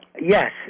Yes